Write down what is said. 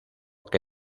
que